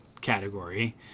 category